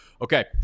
Okay